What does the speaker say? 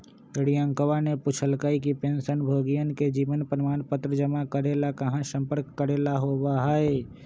रियंकावा ने पूछल कई कि पेंशनभोगियन के जीवन प्रमाण पत्र जमा करे ला कहाँ संपर्क करे ला होबा हई?